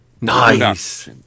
Nice